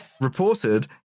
reported